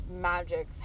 magic